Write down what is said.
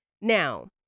Now